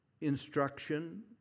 instruction